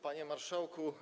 Panie Marszałku!